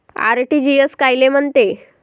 RTGS कायले म्हनते?